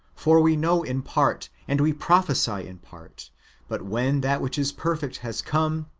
for we know in part, and we prophesy in part but when that which is perfect has come,